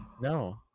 No